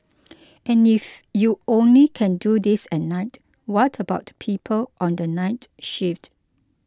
and if you only can do this at night what about people on the night shift